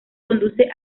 conduce